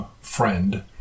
Friend